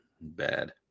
Bad